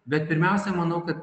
bet pirmiausia manau kad